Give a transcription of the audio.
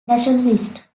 nationalists